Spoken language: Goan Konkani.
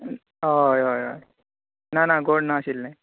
हय हय हय ना ना गोड ना आशिल्ली